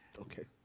Okay